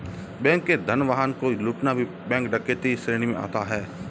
bank के धन वाहन को लूटना भी बैंक डकैती श्रेणी में आता है